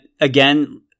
again